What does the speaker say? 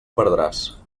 perdràs